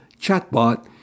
chatbot